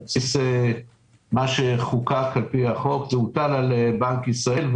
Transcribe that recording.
על בסיס מה שנחקק בחוק זה הוטל על בנק ישראל.